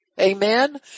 Amen